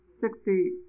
Sixty